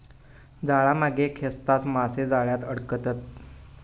जाळा मागे खेचताच मासे जाळ्यात अडकतत